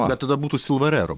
bet tada būtų silva rerum